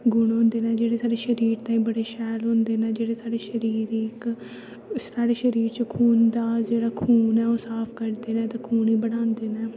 गुण होंदे नै जेह्ड़े साढ़े शरीर ताईं बड़े शैल होंदे न जेह्ड़े साढ़े शरीर गी इक साढ़े शरीर च खून दा जेह्ड़ा खून ऐ ओह् साफ करदे न ते खून गी बढ़ांदे न